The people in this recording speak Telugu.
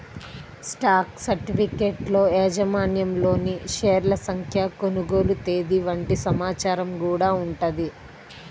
స్టాక్ సర్టిఫికెట్లలో యాజమాన్యంలోని షేర్ల సంఖ్య, కొనుగోలు తేదీ వంటి సమాచారం గూడా ఉంటది